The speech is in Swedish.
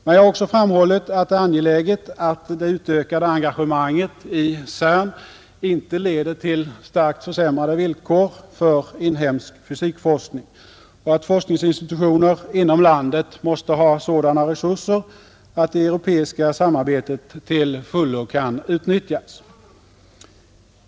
Men jag har också framhållit att det är angeläget att det utökade engagemanget i CERN inte leder till starkt försämrade villkor för inhemsk fysikforskning och att forskningsinstitutioner inom landet måste ha sådana resurser att det europeiska samarbetet till fullo kan utnyttjas.